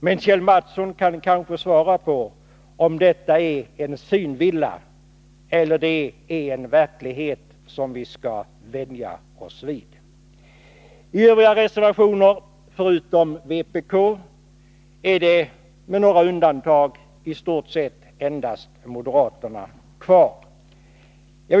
Men Kjell Mattsson kan kanske tala om ifall detta är en synvilla eller en verklighet som vi skall vänja oss vid. Övriga reservationer, förutom vpk:s, står med några undantag moderaterna bakom.